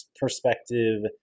perspective